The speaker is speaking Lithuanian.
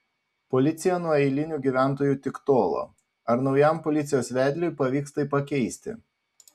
policija nuo eilinių gyventojų tik tolo ar naujam policijos vedliui pavyks tai pakeisti